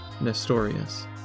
Nestorius